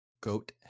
Goat